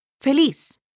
Feliz